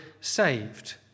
saved